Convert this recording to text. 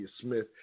Smith